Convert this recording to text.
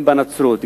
גם בנצרות,